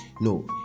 No